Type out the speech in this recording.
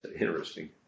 Interesting